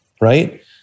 right